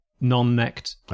non-necked